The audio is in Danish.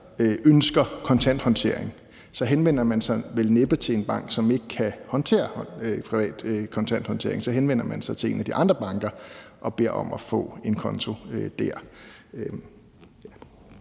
ønsker kontanthåndtering, så henvender man sig vel næppe til en bank, som ikke kan håndtere privat kontanthåndtering; så henvender man sig til en af de andre banker og beder om at få en kontrol dér.